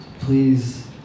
Please